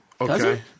Okay